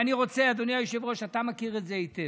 ואני רוצה, אדוני היושב-ראש, אתה מכיר את זה היטב,